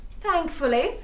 Thankfully